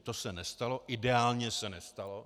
To se nestalo, ideálně se nestalo.